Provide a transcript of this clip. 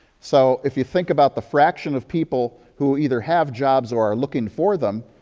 so if you think about the fraction of people who either have jobs or are looking for them,